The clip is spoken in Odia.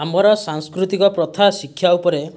ଆମର ସାଂସ୍କୃତିକ ପ୍ରଥା ଶିକ୍ଷା ଉପରେ